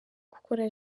gukora